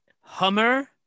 Hummer